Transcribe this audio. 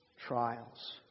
trials